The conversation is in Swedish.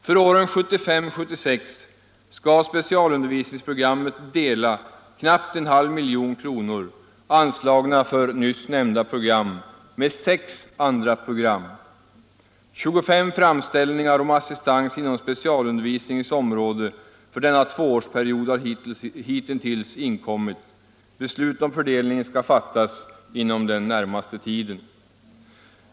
För åren 1975 och 1976 skall specialundervisningsprogrammet dela knappt en halv milj.kr., anslagna för nyss nämnda program, med sex andra program. Hittills har inkommit 25 framställningar om assistans inom specialundervisningens område för denna tvåårsperiod. Beslut om fördelningen skall fattas inom den närmaste tiden.